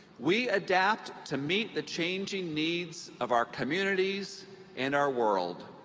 we adapt to meet the changing needs of our communities and our world.